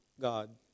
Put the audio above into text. God